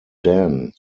dan